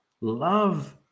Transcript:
Love